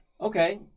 okay